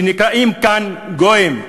שנקראים כאן "גויים",